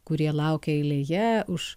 kurie laukia eilėje už